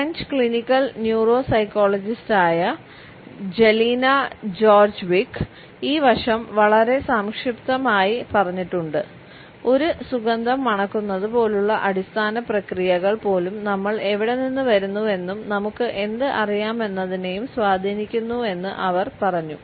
French clinical ന്യൂറോ സൈക്കോളജിസ്റ്റായ ഈ വശം വളരെ സംക്ഷിപ്തമായി പറഞ്ഞിട്ടുണ്ട് ഒരു സുഗന്ധം മണക്കുന്നത് പോലുള്ള അടിസ്ഥാന പ്രക്രിയകൾ പോലും നമ്മൾ എവിടെ നിന്ന് വരുന്നുവെന്നും നമുക്ക് എന്ത് അറിയാം എന്നതിനെയും സ്വാധീനിക്കുന്നുവെന്ന് അവർ പറഞ്ഞു